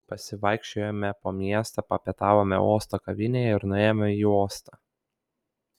pasivaikščiojome po miestą papietavome uosto kavinėje ir nuėjome į uostą